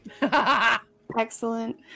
excellent